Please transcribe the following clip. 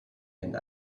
and